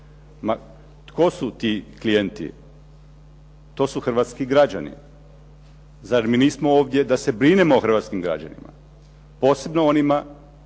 Ma tko su ti klijenti? To su hrvatski građani. Zar mi nismo ovdje da se brinemo o hrvatskim građanima, posebno onima